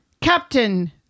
Captain